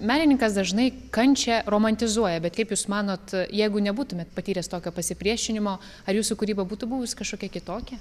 menininkas dažnai kančią romantizuoja bet kaip jūs manot jeigu nebūtumėt patyręs tokio pasipriešinimo ar jūsų kūryba būtų buvus kažkokia kitokia